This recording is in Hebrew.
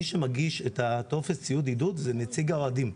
מי שמגיש את הטופס ציוד עידוד זה נציג האוהדים.